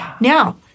Now